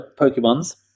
pokemon's